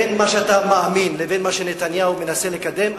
בין מה שאתה מאמין לבין מה שנתניהו מנסה לקדם,